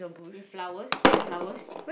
with flowers red flowers